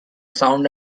sound